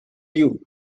you